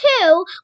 two